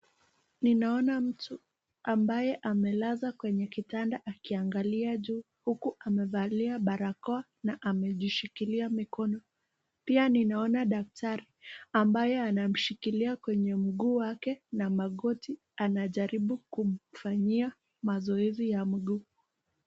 Ninaona mtu ambaye amelazwa kwenye kitanda akiangalia juu huku amevalia barakoa na amejishikilia mikono. Pia ninaona daktari ambaye anamshikilia kwenye mguu wake na magoti anajaribu kumfanyia mazoezi ya mguu.